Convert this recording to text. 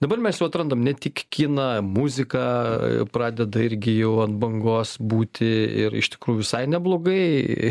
dabar mes jau atrandam ne tik kiną muzika a pradeda irgi jau ant bangos būti ir iš tikrųjų visai neblogai